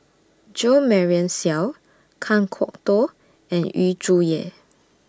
Jo Marion Seow Kan Kwok Toh and Yu Zhuye